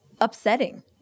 upsetting